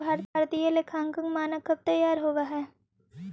भारतीय लेखांकन मानक कब तईयार होब हई?